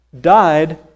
died